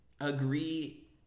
agree